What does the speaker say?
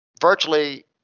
Virtually